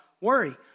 worry